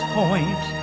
point